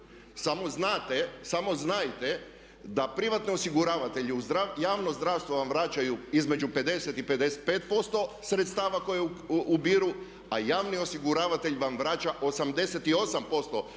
Samo znajte da privatni osiguravatelji u javno zdravstvo vam vraćaju između 50 i 55% sredstava koje ubiru a javni osiguravatelj vam vraća 88%